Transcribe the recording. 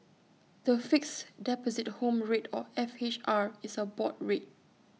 the Fixed Deposit Home Rate or F H R is A board rate